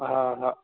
हा हा